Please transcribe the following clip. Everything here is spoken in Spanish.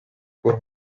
por